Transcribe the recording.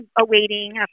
awaiting